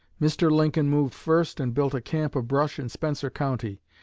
mr. lincoln moved first, and built a camp of brush in spencer county.